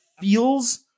feels